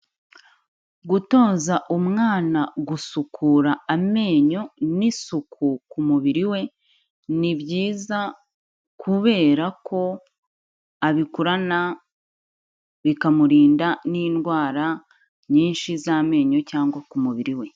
Gutoza umwana gusukura amenyo n'isuku ku mubiri we ni byiza kubera ko abikurana bikamurinda n'indwara nyinshi z'amenyo cyangwa ku mubiri we.